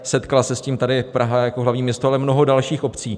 Setkala se s tím Praha jako hlavní město, ale i mnoho dalších obcí.